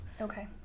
Okay